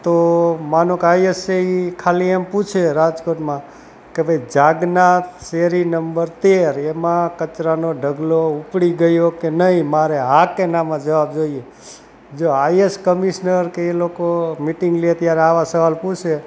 તો માનો કે આઈએસ છે એ ખાલી એમ પૂછે રાજકોટમાં કે ભાઈ જાગનાથ શેરી નંબર તેર એમાં કચરાનો ઢગલો ઉપડી ગયો કે નહીં મારે હા કે નામાં જવાબ જોઈએ જો આઈએસ કમિશનર કે એ લોકો મિટિંગ લે ત્યારે આવા સવાલ પૂછે